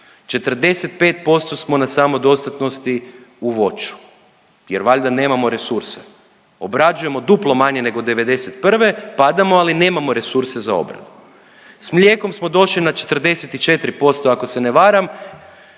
45% smo na samodostatnosti u voću, jer valjda nemamo resurse. Obrađujemo duplo manje nego '91. Padamo ali nemamo resurse za obradu. Sa mlijekom smo došli na 44% ako se ne varam,